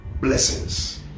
blessings